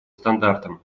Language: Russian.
стандартам